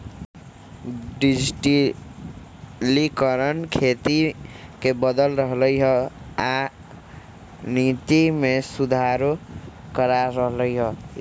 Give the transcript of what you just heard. डिजटिलिकरण खेती के बदल रहलई ह आ नीति में सुधारो करा रह लई ह